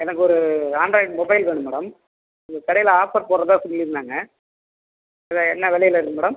எனக்கு ஒரு Android mobile வேணும் மேடம் உங்கள் கடையில் ஆஃபர் போடுகிறதா சொல்லியிருந்தாங்க அதான் என்ன விலையில இருக்குது மேடம்